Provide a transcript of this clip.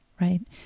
right